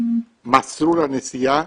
מסלול הנסיעה,